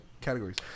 categories